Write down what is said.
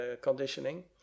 conditioning